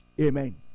Amen